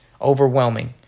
overwhelming